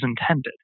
intended